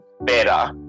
better